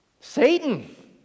Satan